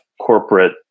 corporate